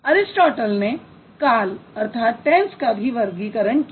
Aristotle ने काल का भी वर्गीकरण किया